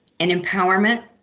and empowerment